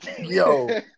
Yo